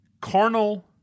carnal